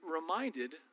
reminded